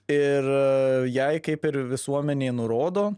ir jai kaip ir visuomenė nurodo